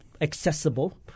accessible